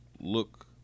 look